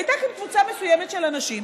והייתה כאן קבוצה מסוימת של אנשים,